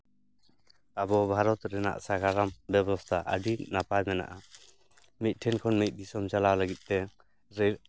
ᱟᱵᱚ ᱵᱷᱟᱨᱚᱛ ᱨᱮᱱᱟᱜ ᱥᱟᱜᱟᱲᱚᱢ ᱵᱮᱵᱚᱥᱛᱟ ᱟᱹᱰᱤ ᱱᱟᱯᱟᱭ ᱢᱮᱱᱟᱜᱼᱟ ᱢᱤᱫᱴᱷᱮᱱ ᱠᱷᱚᱱ ᱢᱤᱫ ᱫᱤᱥᱚᱢ ᱪᱟᱞᱟᱣ ᱞᱟᱹᱜᱤᱫᱛᱮ ᱨᱮᱹᱞ